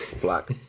Black